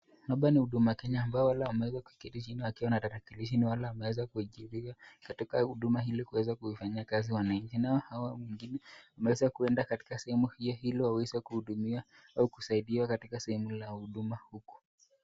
Hapa ni huduma Kenya ambapo wale wameweza kuketi chini wakiwa na tarakilishi ni wale wameweza kuajiriwa katika huduma ili kuweza kufanyia kazi wananchi. Nao hao wengine wameweza kuenda kwenye sehemu hilo ili waweze kuhudumiwa au kusaidiwa katika sehemu la huduma huku.